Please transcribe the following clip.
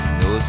no